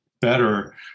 better